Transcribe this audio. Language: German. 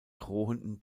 drohenden